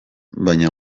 baina